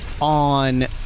on